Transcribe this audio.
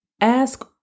ask